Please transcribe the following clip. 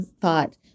thought